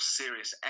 serious